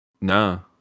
No